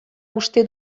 uste